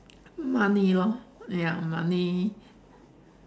money lor ya money